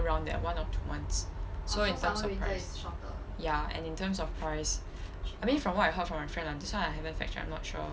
around there one or two months so in terms of price ya and in terms of price I mean from what I heard from my friends lah this [one] I haven't fact check I'm not sure